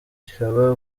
kikaba